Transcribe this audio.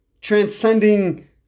transcending